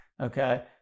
Okay